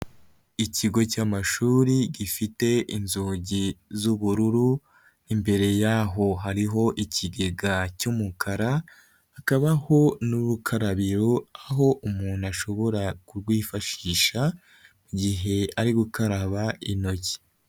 Ikigo cy'amashuri gifite inzugi z'ubururu, imbere yaho hariho ikigega cy'umukara, hakabaho n'ubukarabiro, aho umuntu ashobora kurwifashisha, igihe ari gukaraba intoki.